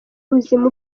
buzima